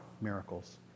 miracles